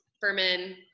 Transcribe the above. Furman